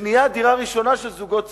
לקניית דירה ראשונה של זוגות צעירים,